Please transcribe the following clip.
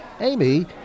Amy